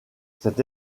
cette